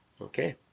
Okay